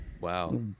Wow